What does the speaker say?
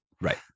Right